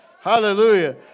Hallelujah